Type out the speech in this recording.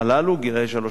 גילאי שלוש-ארבע,